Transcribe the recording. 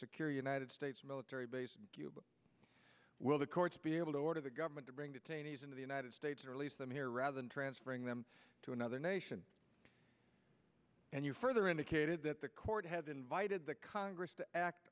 secure united states military base in cuba will the courts be able to order the government to bring detainees into the united states or release them here rather than transferring them to another nation and you further indicated that the court has invited the congress to act